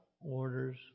orders